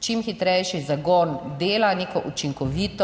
čim hitrejši zagon dela, neko učinkovit